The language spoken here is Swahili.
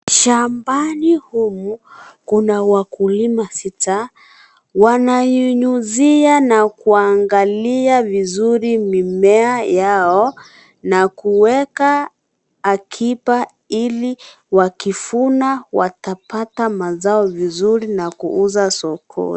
Shambani humu, kuna wakulima sita. Wananyunyizia na kuangalia vizuri mimea yao na kuweka akiba ili wakivuka, watapata mazao vizuri na kuuza sokoni.